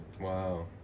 wow